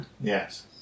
Yes